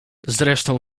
zresztą